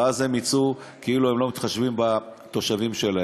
ואז הם יצאו כאילו הם לא מתחשבים בתושבים שלהם.